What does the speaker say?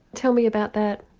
tell me about that.